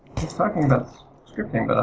he's talking about scripting. but